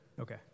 Okay